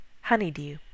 Honeydew